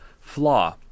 Flaw